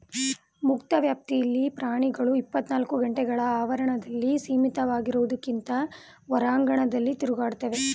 ಮುಕ್ತ ವ್ಯಾಪ್ತಿಲಿ ಪ್ರಾಣಿಗಳು ಇಪ್ಪತ್ನಾಲ್ಕು ಗಂಟೆಕಾಲ ಆವರಣದಲ್ಲಿ ಸೀಮಿತವಾಗಿರೋದ್ಕಿಂತ ಹೊರಾಂಗಣದಲ್ಲಿ ತಿರುಗಾಡ್ತವೆ